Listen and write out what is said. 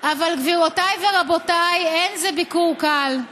"אבל גבירותיי ורבותיי, אין זה ביקור קל.